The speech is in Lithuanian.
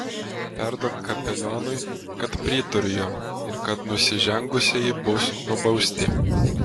perduok kapelionui kad pritariu jam ir kad nusižengusieji bus nubausti